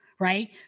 right